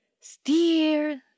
steer